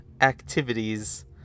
activities